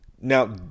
Now